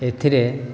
ଏଥିରେ